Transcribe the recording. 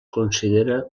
considera